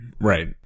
Right